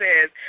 says